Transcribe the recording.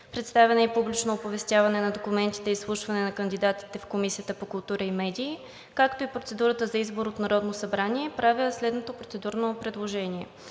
представяне и публично оповестяване на документите и изслушване на кандидатите в Комисията по култура и медии, както и процедурата за избор от Народното събрание, правя следното процедурно предложение